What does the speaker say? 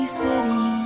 city